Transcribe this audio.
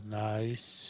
nice